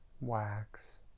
wax